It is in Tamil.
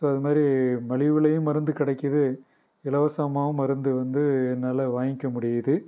ஸோ அது மாதிரி மலிவுலையும் மருந்து கிடைக்கிது இலவசமாகவும் மருந்து வந்து என்னால் வாங்கிக்க முடியிது